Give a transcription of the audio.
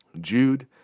Jude